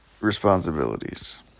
responsibilities